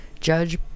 Judge